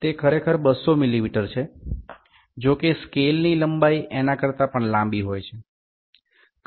તે ખરેખર 200 મિલીમીટર છે જો કે સ્કેલની લંબાઈ એના કરતાં પણ લાંબી હોય છે